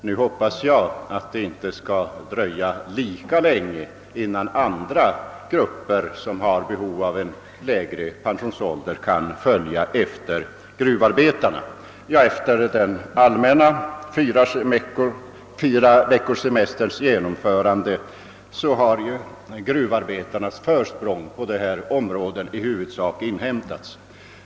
Nu hoppas jag att det inte skall dröja lika länge innan andra grupper som har behov av en lägre pensionsålder kan följa efter gruvarbetarna. Efter den allmänna fyraveckorssemesterns genomförande har gruvarbetarnas försprång på detta område i huvudsak inhämtats.